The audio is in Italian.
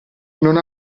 non